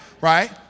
Right